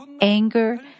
Anger